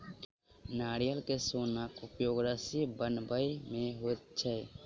नारियल के सोनक उपयोग रस्सी बनबय मे होइत छै